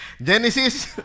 Genesis